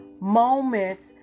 moments